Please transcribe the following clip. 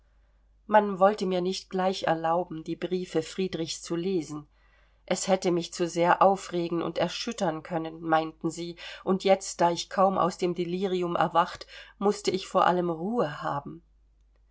man wollte mir nicht gleich erlauben die briefe friedrichs zu lesen es hätte mich zu sehr aufregen und erschüttern können meinten sie und jetzt da ich kaum aus dem delirium erwacht mußte ich vor allem ruhe haben